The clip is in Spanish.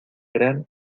gran